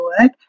work